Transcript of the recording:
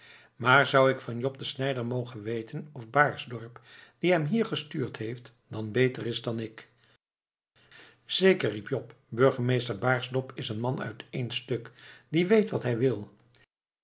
maar zou ik van jop de snijder mogen weten of baersdorp die hem hier gestuurd heeft dan beter is dan ik zeker riep jop burgemeester baersdorp is een man uit één stuk die weet wat hij wil